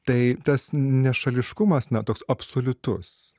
tai tas nešališkumas na toks absoliutus